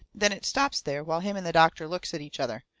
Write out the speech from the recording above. then it stops there, while him and the doctor looks at each other.